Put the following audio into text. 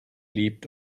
lebt